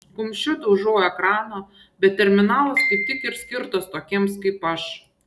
kumščiu daužau ekraną bet terminalas kaip tik ir skirtas tokiems kaip aš